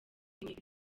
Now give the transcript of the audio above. imihigo